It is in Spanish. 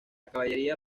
caballería